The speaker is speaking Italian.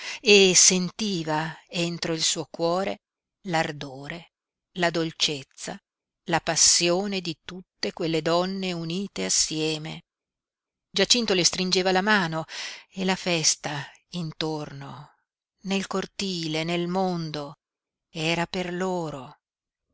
e sentiva entro il suo cuore l'ardore la dolcezza la passione di tutte quelle donne unite assieme giacinto le stringeva la mano e la festa intorno nel cortile nel mondo era per loro